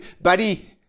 buddy